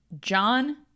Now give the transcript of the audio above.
John